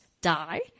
die